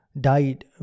died